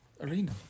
arena